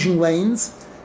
lanes